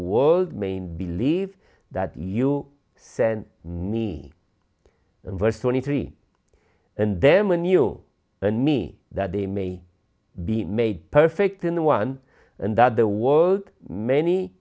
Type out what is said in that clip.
world main believe that you sent ne and verse twenty three and then when you and me that they may be made perfect in one and that the world many